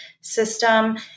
system